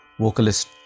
vocalist